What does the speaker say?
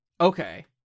Okay